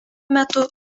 metu